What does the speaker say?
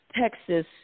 Texas